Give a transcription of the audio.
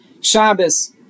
Shabbos